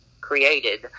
created